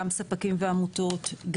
גם ספקים ועמותות,